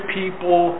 people